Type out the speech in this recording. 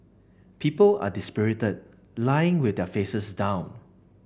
people are dispirited lying with their faces down